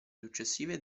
successive